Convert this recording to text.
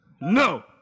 no